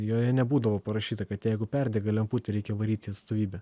joje nebūdavo parašyta kad jeigu perdega lemputė reikia varyt į atstovybę